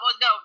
no